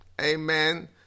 amen